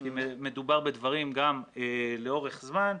כי מדובר בדברים גם לאורך זמן,